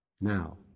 now